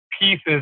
pieces